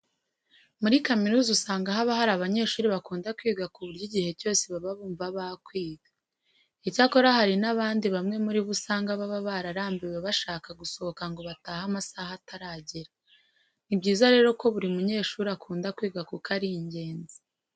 Muri kaminuza usanga haba hari abanyeshuri bakunda kwiga ku buryo igihe cyose baba bumva bakwiga. Icyakora hari abandi bamwe muri bo usanga baba barambiwe bashyaka gusohoka ngo batahe amasaha ataragera. Ni byiza rero ko buri munyeshuri akunda kwiga kuko ari ingenzi.